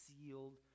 sealed